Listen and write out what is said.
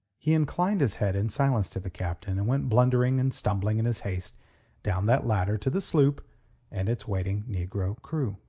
he inclined his head in silence to the captain, and went blundering and stumbling in his haste down that ladder to the sloop and its waiting negro crew.